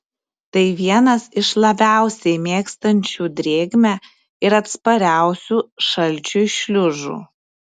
tai vienas iš labiausiai mėgstančių drėgmę ir atspariausių šalčiui šliužų